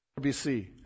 BC